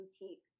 boutique